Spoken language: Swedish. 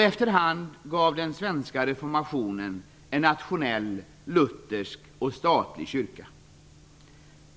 Efterhand gav den svenska reformationen oss en nationell, luthersk och statlig kyrka.